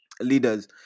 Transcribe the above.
leaders